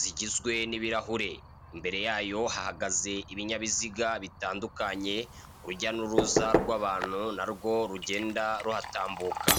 zigizwe n'ibirahure, imbere yayo hahagaze ibinyabiziga bitandukanye urujya n'uruza rw'abantu na rwo rugenda ruhatambuka.